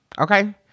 okay